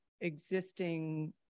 existing